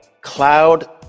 cloud